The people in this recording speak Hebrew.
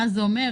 מה זה אומר?